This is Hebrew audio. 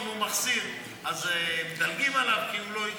אם הוא מחסיר אז מדלגים עליו, כי הוא לא הגיע.